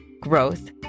growth